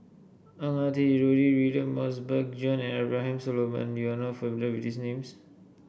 Ang Ah Tee Rudy William Mosbergen and Abraham Solomon you are not familiar with these names